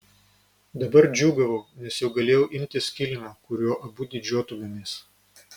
dabar džiūgavau nes jau galėjau imtis kilimo kuriuo abu didžiuotumėmės